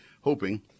hoping